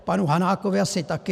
Panu Hanákovi asi taky.